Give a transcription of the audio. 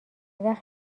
وقت